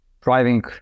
driving